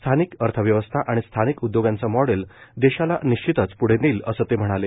स्थानिक अर्थव्यवस्था आणि स्थानिक उदयोगाचं मॉडेल देशाला निश्चितच पृढं नेईन असं ते म्हणाले